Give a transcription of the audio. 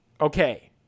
Okay